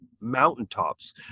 mountaintops